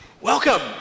Welcome